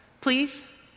please